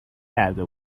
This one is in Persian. کرده